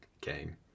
game